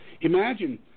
Imagine